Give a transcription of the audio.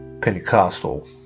Pentecostal